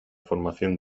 formación